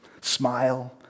smile